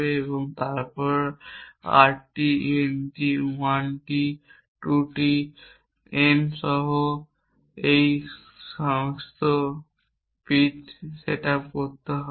একটি তারপর আরটি n টি 1 টি 2 টি n সহ এই পিটি তাই একটি সেট আপ করতে হবে